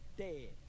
dead